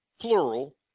plural